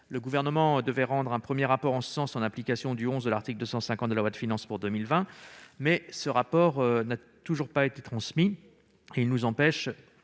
Le Gouvernement devait rendre un premier rapport en application du XI de l'article 250 de la loi de finances pour 2020, mais celui-ci n'a toujours pas été remis, ce qui nous empêche-